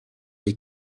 les